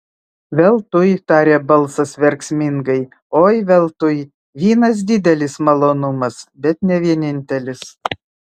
veltui tarė balsas verksmingai oi veltui vynas didelis malonumas bet ne vienintelis